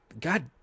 god